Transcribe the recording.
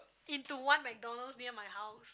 into one McDonald's near my house